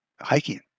hiking